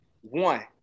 One